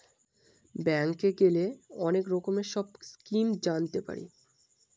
ব্যাঙ্কে গেলে অনেক রকমের সব স্কিম জানতে পারি